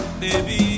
baby